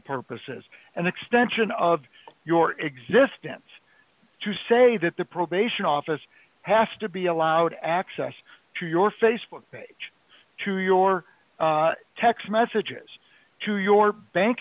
purposes and extension of your existence to say that the probation office has to be allowed access to your facebook to your text messages to your bank